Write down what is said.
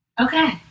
Okay